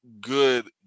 good